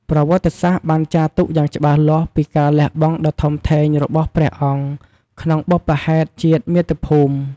ប្រវត្តិសាស្ត្របានចារទុកយ៉ាងច្បាស់លាស់ពីការលះបង់ដ៏ធំធេងរបស់ព្រះអង្គក្នុងបុព្វហេតុជាតិមាតុភូមិ។